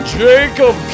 jacob